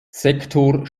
sektor